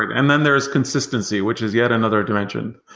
and then there is consistency, which is yet another dimension.